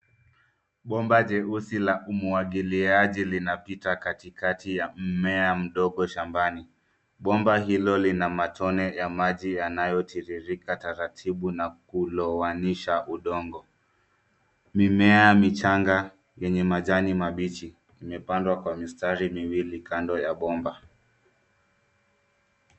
Bomba jeusi la umwagiliaji linapita katikati ya mmea mdogo shambani. Bomba hilo lina matone ya maji inayotiririka taratibu na kulowanisha udongo. Mimea michanga yenye majani mabichi imepandwa kwa mistari mwili kando ya bomba.